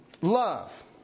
love